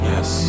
Yes